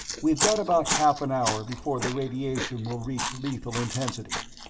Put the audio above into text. we've got about half an hour before the radiation will reach lethal intensity.